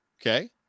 Okay